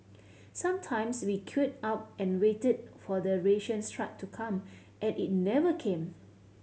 sometimes we queued up and waited for the rations truck to come and it never came